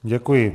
Děkuji.